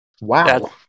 Wow